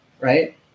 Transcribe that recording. right